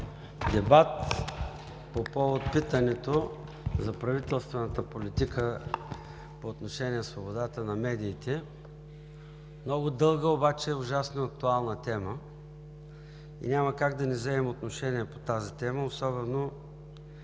Дебат по повод питането за правителствената политика по отношение свободата на медиите – много дълга, обаче ужасно актуална тема и няма как да не вземем отношение по нея, особено